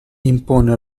impone